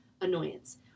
annoyance